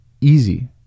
Easy